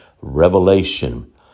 revelation